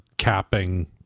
capping